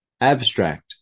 Abstract